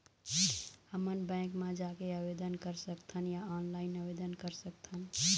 हमन बैंक मा जाके आवेदन कर सकथन या ऑनलाइन आवेदन कर सकथन?